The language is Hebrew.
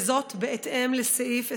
וזאת בהתאם לסעיף 26(1)